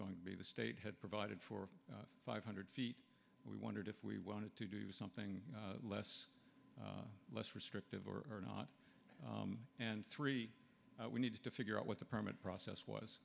going to be the state had provided for five hundred feet we wondered if we wanted to do something less less strict of or not and three we needed to figure out what the permit process was